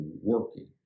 working